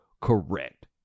correct